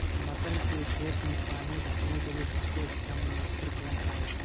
मटर के खेत में पानी भरने के लिए सबसे अच्छा मोटर कौन सा है?